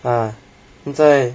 ah 你在